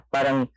Parang